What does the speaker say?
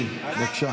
די.